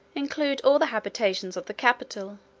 include all the habitations of the capital,